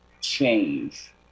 change